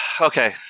Okay